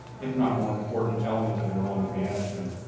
if not more important, element of enrollment management.